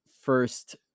first